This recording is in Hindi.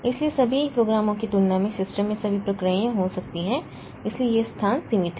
इसलिए सभी कार्यक्रमों की तुलना में सिस्टम में सभी प्रक्रियाएं हो सकती हैं इसलिए यह स्थान सीमित है